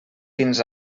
fins